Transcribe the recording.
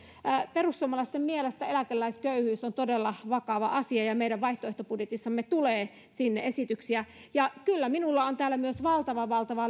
perussuomalaisten mielestä eläkeläisköyhyys on todella vakava asia ja meidän vaihtoehtobudjetissamme tulee sinne esityksiä kyllä minulla on täällä myös valtava valtava